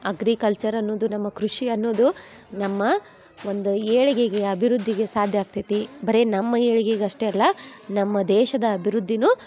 agriculture ಅನ್ನುದು ನಮ್ಮ ಕೃಷಿ ಅನ್ನುದು ನಮ್ಮ ಒಂದು ಏಳಿಗೆಗೆ ಅಭಿವೃದ್ಧಿಗೆ ಸಾಧ್ಯ ಆಗ್ತೈತಿ ಬರೇ ನಮ್ಮ ಏಳಿಗೆಗೆ ಅಷ್ಟೇ ಅಲ್ಲ ನಮ್ಮ ದೇಶದ ಅಭಿವೃದ್ಧಿನು